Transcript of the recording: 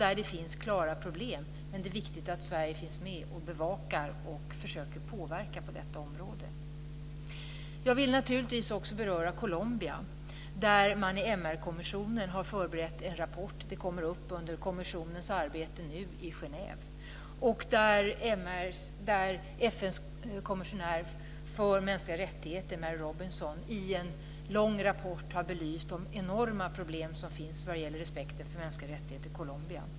Där finns klara problem, men det är viktigt att Sverige finns med och bevakar och försöker påverka på detta område. Jag vill naturligtvis också beröra Colombia, där man i MR-kommissionen har förberett en rapport. Den kommer upp under kommissionens arbete nu i Genève. FN:s kommissionär för mänskliga rättigheter, Mary Robinson, har i en lång rapport belyst de enorma problem som finns vad gäller respekten för mänskliga rättigheter i Colombia.